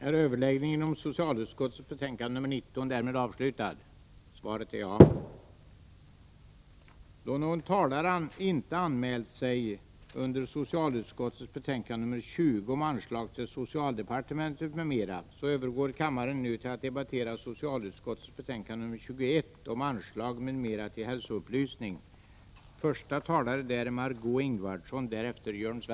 Då någon talare inte anmält sig beträffande socialutskottets betänkande 20 om anslag till socialdepartementet m.m., övergår kammaren nu till att debattera socialutskottets betänkande 21 om hälsoupplysning, m.m.